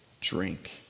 drink